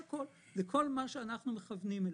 זה הכל, זה כל מה שאנחנו מכוונים אליו.